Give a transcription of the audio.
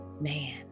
man